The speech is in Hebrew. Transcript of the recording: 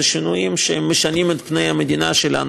זה שינויים שמשנים את פני המדינה שלנו,